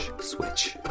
switch